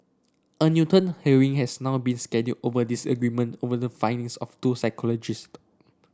a Newton hearing has now been scheduled over a disagreement on the findings of two psychiatrist